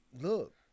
Look